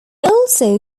also